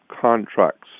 contracts